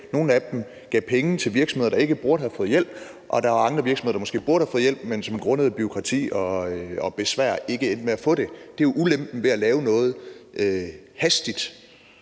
nogle af dem gav penge til virksomheder, der ikke burde have fået hjælp, og der var andre virksomheder, der måske burde have fået hjælp, men som grundet bureaukrati og besvær endte med ikke at få det. Det er jo ulempen ved at lave noget hastigt